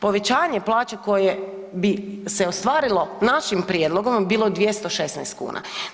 Povećanje plaće koje bi se ostvarilo našim prijedlogom bi bilo 216 kuna.